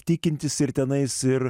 tikintis ir tenais ir